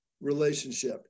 relationship